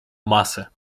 masę